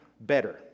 better